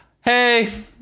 hey